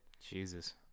Jesus